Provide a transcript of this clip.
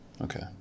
Okay